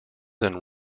than